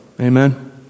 Amen